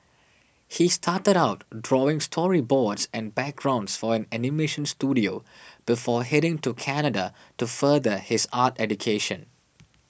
he started out drawing storyboards and backgrounds for an animation studio before heading to Canada to further his art education